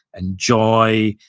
and joy,